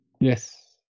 Yes